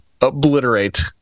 obliterate